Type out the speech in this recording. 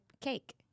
cake